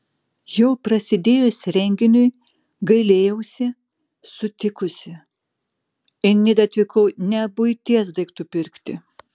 jau prasidėjus renginiui gailėjausi sutikusi į nidą atvykau ne buities daiktų pirkti